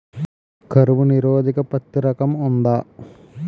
కరువు నిరోధక పత్తి రకం ఉందా?